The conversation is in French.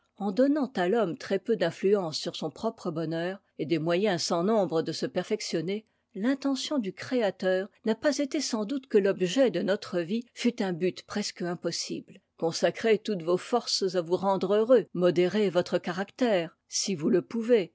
en donnant à l'homme très-peu d'influence sur son propre bonheur et des moyens sans nombre de se perfectionner l'intention du créateur n'a pas été sans doute que l'objet de notre vie fût un but presque impossible consacrez toutes vos forces à vous rendre heureux modérez votre caractère si vous le pouvez